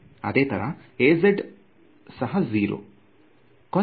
ಅದೇ ತರ Az ಸಹ 0